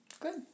Good